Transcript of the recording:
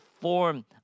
form